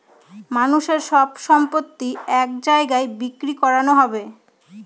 মানুষের সব সম্পত্তি এক জায়গায় বিক্রি করানো হবে